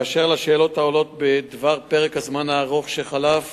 אשר לשאלות העולות בדבר פרק הזמן הארוך שחלף